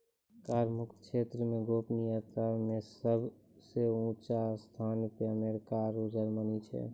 कर मुक्त क्षेत्रो मे गोपनीयता मे सभ से ऊंचो स्थानो पे अमेरिका आरु जर्मनी छै